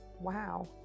Wow